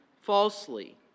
falsely